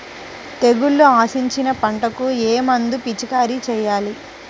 తెగుళ్లు ఆశించిన పంటలకు ఏ మందు పిచికారీ చేయాలి?